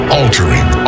altering